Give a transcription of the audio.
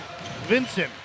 Vincent